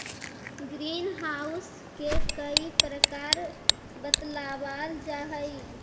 green house के कई प्रकार बतलावाल जा हई